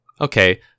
Okay